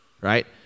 right